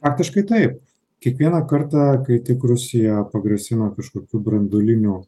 faktiškai taip kiekvieną kartą kai tik rusija pagrasina kažkokiu branduoliniu